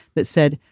that said,